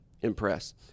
impress